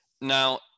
now